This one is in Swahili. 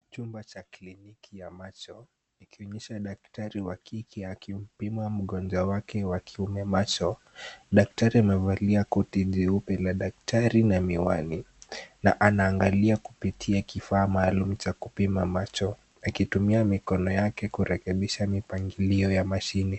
Chumba cha kliniki ya macho ikionyesha daktari wa kike akimpima mgonjwa wake wa kiume macho. Daktari amevalia koti jeupe la daktari na miwani na anaangalia kupitia kifaa maalum cha kupima macho akitumia mikono yake kurekebisha mipangilio ya mashine.